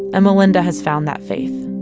and melynda has found that faith